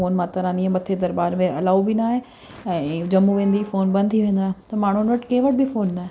phone Mata Rani जे मथे दरबार में अलाओ बि न आहे ऐं जम्मू वेंदे ई फ़ोन बंदि थी वेंदा आहिनि त माण्हू वटि कंहिं वटि बि फ़ोन न आहे